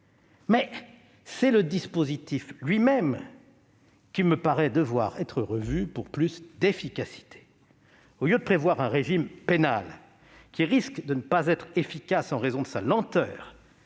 mais c'est le dispositif lui-même qui me paraît devoir être revu pour plus d'efficacité. Au lieu de prévoir un régime pénal, qui risque de ne pas être efficace en raison de sa lenteur